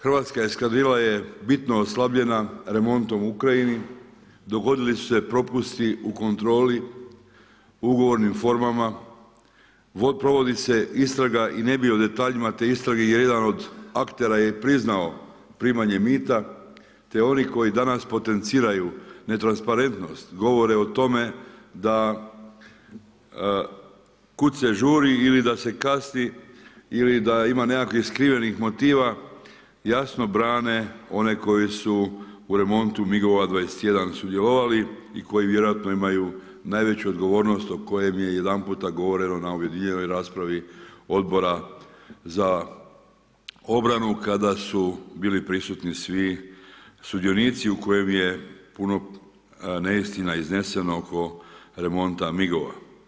Hrvatska eskadrila je bitno oslabljena remontom u Ukrajini, dogodili su se propusti u kontroli, ugovornim formama, provodi se istraga i ne bi o detaljima te istrage, jer jedan od aktera je priznao primanje mita, te oni koji danas potenciraju netransparentnost, govore o tome da kud se žuri ili da se kasni ili da ima nekakvih skrivenih motiva, jasno brine one koje su u remontu migova 21 sudjelovali i koji vjerojatno imaju najveću odgovornost o kojem je jedanputa govoreno na objedinjenoj raspravi Odbora za obranu, kada su bili prisutni svi sudionici u kojem je puno neistina izneseno oko remonta migova.